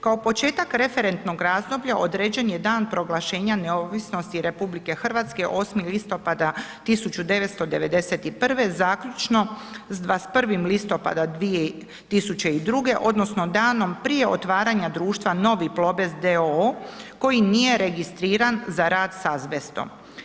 Kao početak referentnog razdoblja određen je dan proglašenja neovisnosti RH 8. listopada 1991. zaključno s 21. listopada 2002. odnosno danom prije otvaranja društva Novi Plobest d.o.o. koji nije registriran za rad s azbestom.